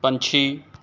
ਪੰਛੀ